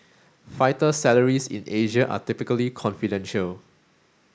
fighter salaries in Asia are typically confidential